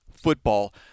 football